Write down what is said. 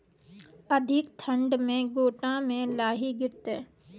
अधिक ठंड मे गोटा मे लाही गिरते?